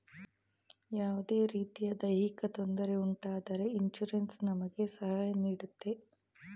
ಯಾವುದೇ ರೀತಿಯ ದೈಹಿಕ ತೊಂದರೆ ಉಂಟಾದರೆ ಇನ್ಸೂರೆನ್ಸ್ ನಮಗೆ ಸಹಾಯ ನೀಡುತ್ತೆ